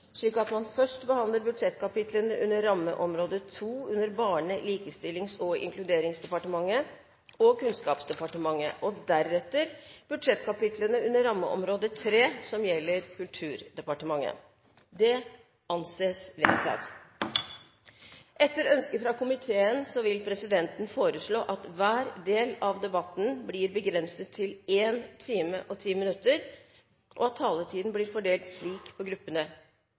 slik at man først behandler budsjettkapitlene under rammeområde 2 under Barne-, likestillings- og inkluderingsdepartementet og Kunnskapsdepartementet, og deretter budsjettkapitlene under rammeområde 3, som gjelder Kulturdepartementet. – Det anses vedtatt. Etter ønske fra familie- og kulturkomiteen vil presidenten foreslå at hver del av debatten blir begrenset til 1 time og 10 minutter, og at taletiden blir fordelt slik på gruppene: